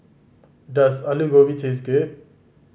does Alu Gobi taste good